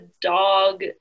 dog